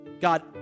God